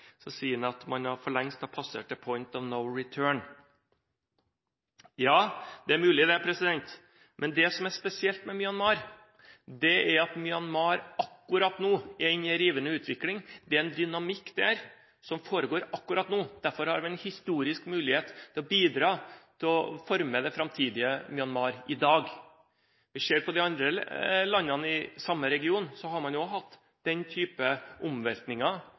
at man for lengst har passert «the point of no return». Ja, det er mulig, det. Men det som er spesielt med Myanmar, er at Myanmar akkurat nå er inne i en rivende utvikling. Det er en dynamikk der som foregår akkurat nå. Derfor har vi en historisk mulighet til å bidra til å forme det framtidige Myanmar – i dag. Når vi ser på de andre landene i samme region, har man også der hatt den slags omveltninger